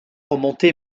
remonté